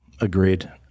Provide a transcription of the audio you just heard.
Agreed